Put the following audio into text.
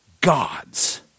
gods